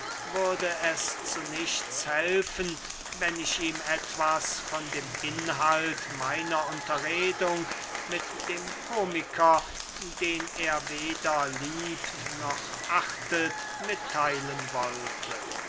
würde es zu nichts helfen wenn ich ihm etwas von dem inhalt meiner unterredung mit dem komiker den er weder liebt noch achtet mittheilen wollte